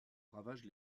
ravagent